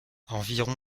environ